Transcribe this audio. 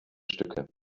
stücke